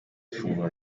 ifunguro